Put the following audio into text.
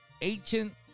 Ancient